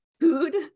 Food